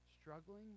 struggling